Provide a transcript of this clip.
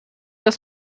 aus